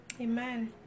Amen